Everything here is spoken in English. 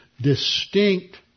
distinct